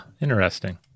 Interesting